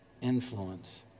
influence